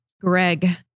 Greg